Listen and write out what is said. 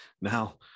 Now